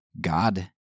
God